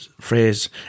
phrase